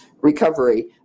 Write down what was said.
recovery